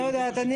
לא יודעת,